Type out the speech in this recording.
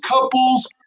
couples